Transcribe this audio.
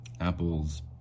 apple's